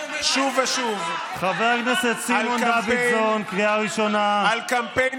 להודות על הקידום של הרפורמה המשפטית, קג"ב.